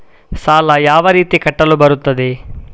ಸಾಲ ಯಾವ ರೀತಿ ಕಟ್ಟಲು ಬರುತ್ತದೆ?